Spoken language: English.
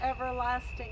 everlasting